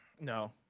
no